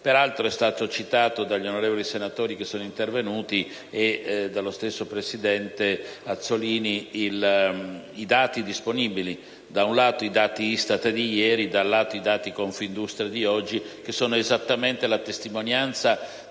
Peraltro, è stato citato dagli onorevoli senatori che sono intervenuti e dallo stesso presidente Azzollini che i dati disponibili - da un lato i dati ISTAT di ieri e, dall'altro, i dati di Confindustria di oggi - sono esattamente la testimonianza